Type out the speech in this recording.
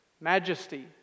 majesty